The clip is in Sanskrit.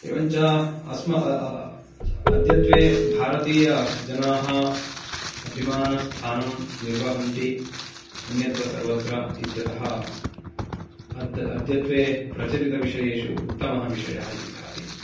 एवञ्च अस्म आ अद्यत्वे भारतीयजनाः अभिमानस्थानं निर्वहन्ति अन्यत्र सर्वत्र इत्यतः अद् अद्यत्वे प्रचलितविषु उत्तमः विषयः इति भाति